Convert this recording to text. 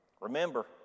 remember